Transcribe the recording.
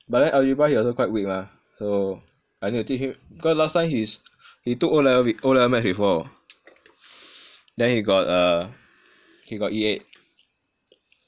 but then algebra he also quite weak mah so I need to teach him cause last time his he took o'leve~ o'level maths before then he got a he got E eight